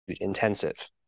intensive